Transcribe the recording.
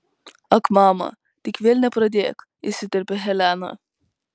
ak mama tik vėl nepradėk įsiterpia helena